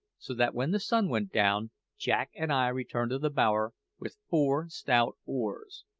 so that when the sun went down jack and i returned to the bower with four stout oars,